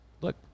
look